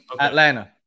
Atlanta